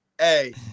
Hey